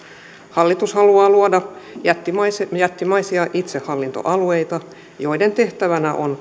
hallitus haluaa luoda jättimäisiä jättimäisiä itsehallintoalueita joiden tehtävänä on